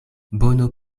bono